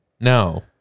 No